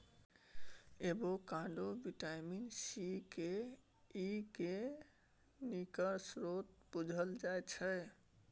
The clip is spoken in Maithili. avocado vitamin C, K, E केर नीक स्रोत बुझल जाइ छै